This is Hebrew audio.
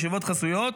ישיבות חסויות.